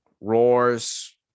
Roars